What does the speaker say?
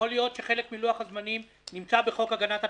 יכול להיות שחלק מלוח הזמנים נמצא בחוק הגנת הצרכן,